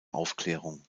aufklärung